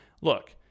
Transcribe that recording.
look